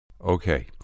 Okay